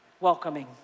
Welcoming